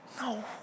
No